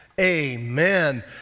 amen